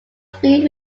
speed